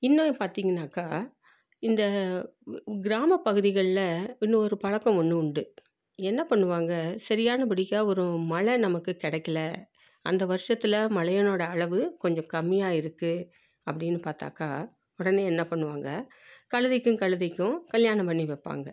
இன்னொன்று பார்த்திங்கன்னாக்கா இந்த கிராமப்பகுதிகலில் இன்னொரு பழக்கம் ஒன்று உண்டு என்ன பண்ணுவாங்க சரியானபடிக்கு ஒரு மழை நமக்கு கிடைக்கல அந்த வருஷத்தில் மழையினோட அளவு கொஞ்சம் கம்மியாக இருக்குது அப்படின்னு பார்த்தாக்கா உடனே என்ன பண்ணுவாங்க கழுதைக்கும் கழுதைக்கும் கல்யாணம் பண்ணி வைப்பாங்க